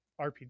rpg